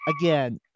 again